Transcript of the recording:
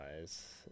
guys